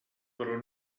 però